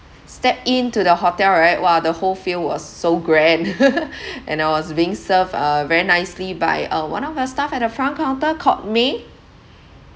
stepped in to the hotel right !wah! the whole feel was so grand and I was being served uh very nicely by uh one of your staff at the front counter called may